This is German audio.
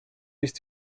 ist